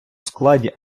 складі